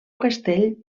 castell